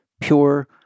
pure